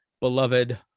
beloved